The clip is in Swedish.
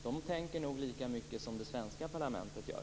De tänker nog lika mycket som det svenska parlamentet gör.